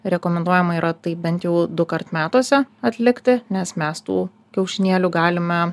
rekomenduojama yra tai bent jau dukart metuose atlikti nes mes tų kiaušinėlių galime